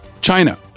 China